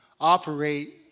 operate